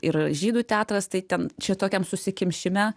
ir žydų teatras tai ten šitokiam susikimšime